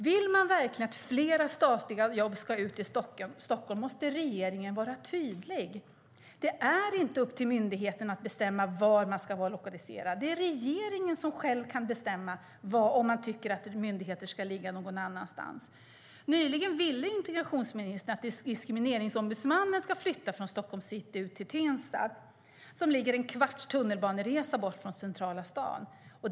Vill man verkligen att fler statliga jobb ska ut från Stockholm måste regeringen vara tydlig. Det är inte upp till myndigheterna att bestämma var de vill vara lokaliserade. Det är regeringen som själv kan bestämma om den tycker att myndigheter ska ligga någon annanstans. Nyligen ville integrationsministern att Diskrimineringsombudsmannen ska flytta från Stockholms city till Tensta, som ligger en kvarts tunnelbaneresa bort från centrala staden.